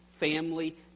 family